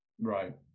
Right